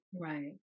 Right